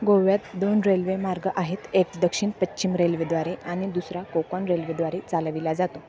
गोव्यात दोन रेल्वे मार्ग आहेत एक दक्षिण पश्चिम रेल्वेद्वारे आणि दुसरा कोकण रेल्वेद्वारे चालविला जातो